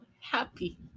happy